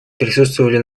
присутствовали